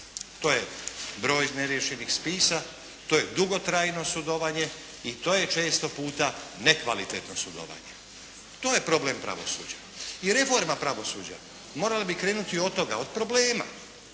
To je broj neriješenih spisa, to je dugotrajno sudovanje i to je često puta nekvalitetno sudovanje. To je problem pravosuđa. I reforma pravosuđa morala bi krenuti od toga, od problema,